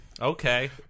Okay